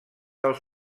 als